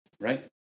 right